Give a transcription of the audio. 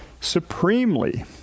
supremely